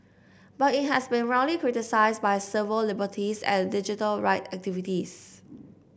but it has been roundly criticized by civil liberties and digital rights activists